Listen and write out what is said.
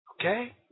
Okay